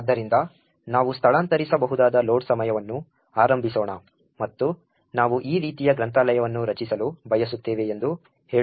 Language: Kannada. ಆದ್ದರಿಂದ ನಾವು ಸ್ಥಳಾಂತರಿಸಬಹುದಾದ ಲೋಡ್ ಸಮಯವನ್ನು ಆರಂಭಿಸೋಣ ಮತ್ತು ನಾವು ಈ ರೀತಿಯ ಗ್ರಂಥಾಲಯವನ್ನು ರಚಿಸಲು ಬಯಸುತ್ತೇವೆ ಎಂದು ಹೇಳೋಣ